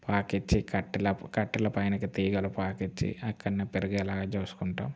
పాకిచ్చి కట్టెల కట్టెల పైనకి తీగలు పాకిచ్చి అక్కడనే పెరిగేలాగా చూసుకుంటాం